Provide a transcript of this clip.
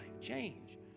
change